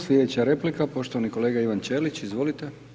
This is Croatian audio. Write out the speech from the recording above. Slijedeća replika poštovani kolega Ivan Ćelić, izvolite.